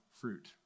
fruit